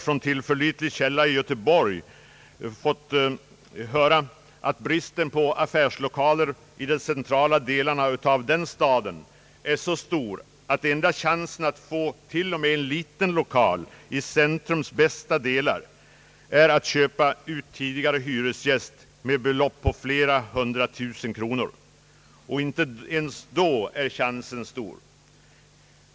Från tillförlitlig källa i Göteborg har jag t.ex. hört att bristen på affärslokaler i de centrala delarna av staden är så stor att enda chansen att få t.o.m. en liten lokal i centrums bästa delar är att köpa ut tidigare hyresgäst med belopp på flera hundra tusen kronor, och inte ens då är chansen stor.